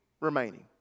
remaining